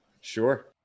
Sure